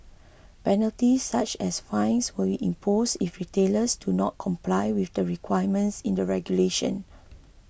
penalties such as fines will be imposed if retailers do not comply with the requirements in the regulation